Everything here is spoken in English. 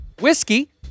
whiskey